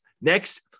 Next